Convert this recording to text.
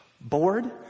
Bored